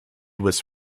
was